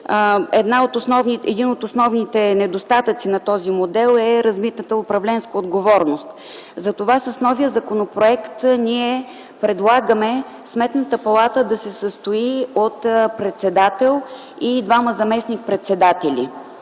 Един от основните недостатъци на този модел е размитата управленска отговорност. Затова с новия законопроект ние предлагаме Сметната палата да се състои от председател и двама заместник-председатели,